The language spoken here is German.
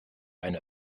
eine